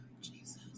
jesus